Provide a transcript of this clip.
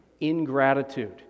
Ingratitude